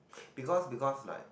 because because like